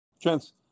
Gents